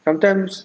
sometimes